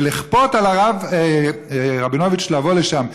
ולכפות על הרב רבינוביץ לבוא לשם.